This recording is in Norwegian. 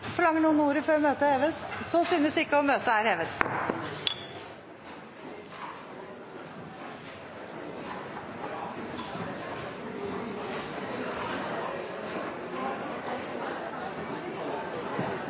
Forlanger noen ordet før møtet heves? – Så synes ikke, og møtet er hevet.